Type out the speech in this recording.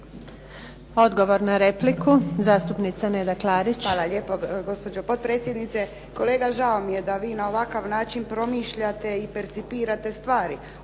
Odgovor na repliku, zastupnica Neda Klarić. **Klarić, Nedjeljka (HDZ)** Hvala lijepo gospođo potpredsjednice. Kolega, žao mi je da vi na ovakav način promišljate i percipirate stvari.